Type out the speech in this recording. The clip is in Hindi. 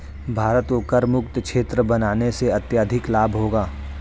भारत को करमुक्त क्षेत्र बनाने से अत्यधिक लाभ होगा